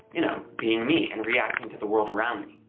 you know, being me, and reacting to the world around me.